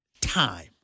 time